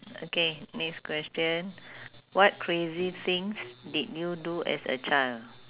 okay next question what crazy things did you do as a child